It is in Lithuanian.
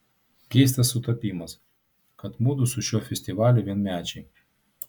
keistas sutapimas kad mudu su šiuo festivaliu vienmečiai